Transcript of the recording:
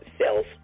sales